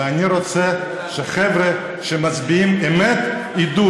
ואני רוצה שחבר'ה שמצביעים "אמת" ידעו